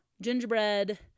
gingerbread